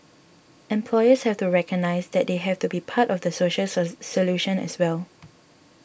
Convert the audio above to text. employers have to recognise that they have to be part of the social solution as well